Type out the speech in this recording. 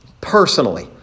Personally